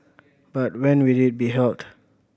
but when will it be held